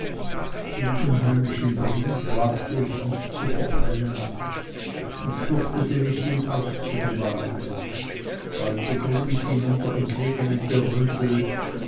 den unheimlichen brief wagte ich nicht zu verbrennen und fürchtete mich ihn aufzubewahren bald begrub ich ihn unter entlegenem gerümpel